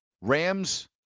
Rams